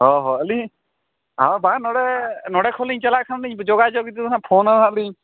ᱦᱚᱸ ᱦᱚᱸ ᱟᱹᱞᱤᱧ ᱚ ᱵᱟᱝ ᱱᱚᱰᱮ ᱱᱚᱰᱮ ᱠᱷᱚᱱ ᱞᱤᱧ ᱪᱟᱞᱟᱜ ᱠᱷᱟᱱ ᱫᱚ ᱡᱳᱜᱟᱡᱳᱜᱽ ᱫᱚ ᱦᱟᱸᱜ ᱯᱷᱳᱱᱟᱟᱞᱤᱧ